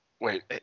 Wait